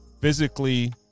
physically